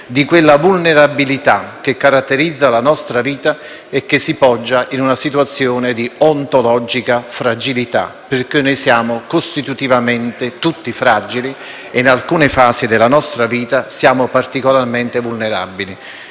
di quella vulnerabilità che caratterizza la nostra vita, che si poggia in una situazione di ontologica fragilità, perché noi siamo costitutivamente tutti fragili e, in alcune fasi della nostra vita, siamo particolarmente vulnerabili.